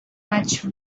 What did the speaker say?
much